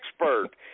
expert